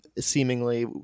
seemingly